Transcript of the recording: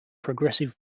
progressive